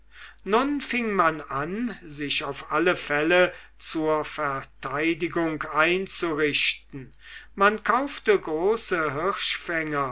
nun fing man an sich auf alle fälle zur verteidigung einzurichten man kaufte große